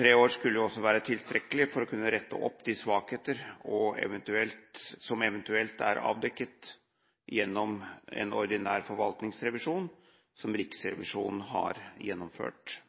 Tre år skulle også være tilstrekkelig for å kunne rette opp de svakheter som eventuelt er avdekket gjennom en ordinær forvaltningsrevisjon som Riksrevisjonen har gjennomført.